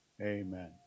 Amen